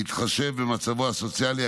בהתחשב במצבו הסוציאלי,